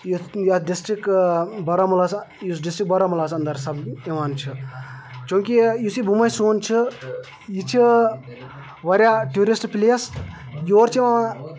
یُتھ یَتھ ڈِسٹِرٛک بارہمولَس یُس ڈِسٹِرٛک بارہمولاہَس اندَر سَپ یِوان چھِ چوٗنٛکہ یُس یہِ بُمَے سون چھُ یہِ چھِ واریاہ ٹیٚوٗرِسٹ پلیس یور چھِ